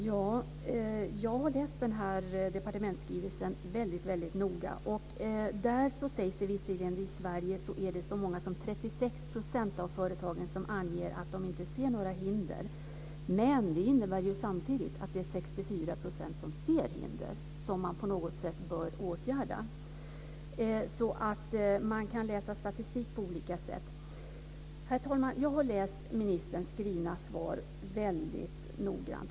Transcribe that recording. Herr talman! Jag har läst departementsskrivelsen mycket noga. Där sägs det att det är så mycket som 36 % av företagen som anger att de inte ser några hinder. Men det innebär ju samtidigt att det är 64 % som ser hinder som på något sätt bör åtgärdas. Man kan läsa statistik på olika sätt. Jag har läst ministerns skrivna svar väldigt noggrant.